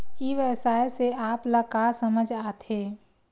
ई व्यवसाय से आप ल का समझ आथे?